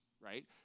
right